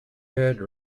heard